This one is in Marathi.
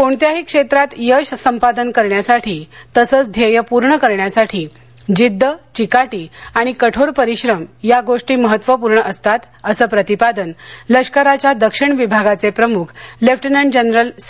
ए आय टी वर्धापनदिन कोणत्याही क्षेत्रात यश संपादन करण्यासाठी तसंच ध्येय पूर्ण करण्यासाठी जिद्द चिकाटी आणि कठोर परिश्रम या गोष्टी महत्वपूर्ण असतात असं प्रतिपादन लष्कराच्या दक्षिण विभागाचे प्रमुख लेफ्टनंट जनरल सी